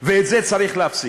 ואת זה צריך להפסיק.